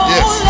Yes